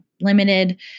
limited